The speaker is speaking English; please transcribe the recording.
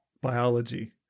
biology